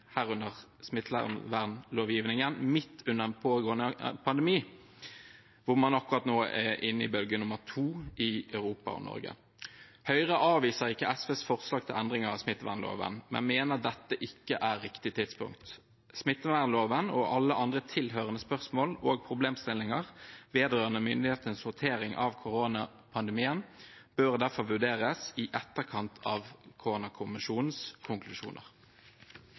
herunder smittevernlovgivningen, midt under en pågående pandemi der man akkurat nå er inne i bølge nummer to i Europa og Norge. Høyre avviser ikke SVs forslag til endringer av smittevernloven, men mener dette ikke er riktig tidspunkt. Smittevernloven og alle andre tilhørende spørsmål og problemstillinger vedrørende myndighetenes håndtering av koronapandemien bør derfor vurderes i etterkant av koronakommisjonens konklusjoner.